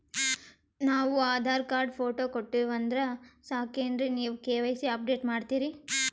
ನಾವು Aadhaar card, photo ಕೊಟ್ಟೀವಂದ್ರ ಸಾಕೇನ್ರಿ ನೀವ ಕೆ.ವೈ.ಸಿ ಅಪಡೇಟ ಮಾಡ್ತೀರಿ?